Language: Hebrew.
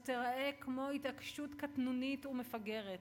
זאת תיראה כמו התעקשות קטנונית ומפגרת,